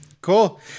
Cool